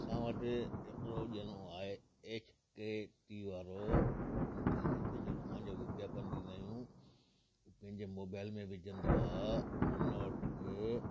असां वटि हिकिड़ो ॼणो आहे एच के ए टी वारो उनखे असीं पंहिंजो दुकान जो विज्ञापन ॾींदा आहियूं हू पंहिंजे मोबाइल में विझंदो आहे उन वटि